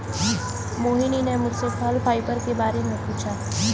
मोहिनी ने मुझसे फल फाइबर के बारे में पूछा